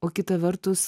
o kita vertus